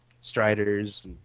striders